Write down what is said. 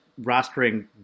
rostering